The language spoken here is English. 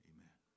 Amen